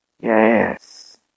Yes